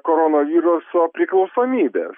koronaviruso priklausomybės